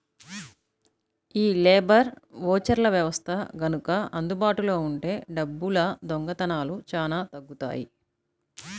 యీ లేబర్ ఓచర్ల వ్యవస్థ గనక అందుబాటులో ఉంటే డబ్బుల దొంగతనాలు చానా తగ్గుతియ్యి